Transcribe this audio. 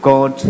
God